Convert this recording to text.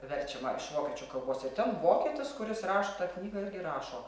verčiama iš vokiečių kalbos ir ten vokietis kuris rašo tą knygą irgi rašo